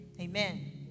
amen